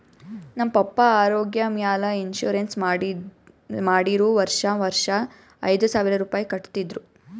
ನಮ್ ಪಪ್ಪಾ ಆರೋಗ್ಯ ಮ್ಯಾಲ ಇನ್ಸೂರೆನ್ಸ್ ಮಾಡಿರು ವರ್ಷಾ ವರ್ಷಾ ಐಯ್ದ ಸಾವಿರ್ ರುಪಾಯಿ ಕಟ್ಟತಿದ್ರು